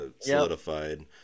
solidified